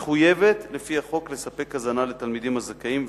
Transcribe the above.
מחויבת לפי החוק לספק הזנה לתלמידים הזכאים,